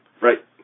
Right